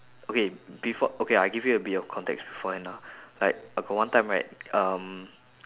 okay before okay I give you a bit of context beforehand ah like I got one time right um